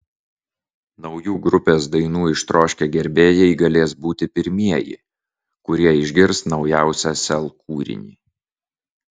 naujų grupės dainų ištroškę gerbėjai galės būti pirmieji kurie išgirs naujausią sel kūrinį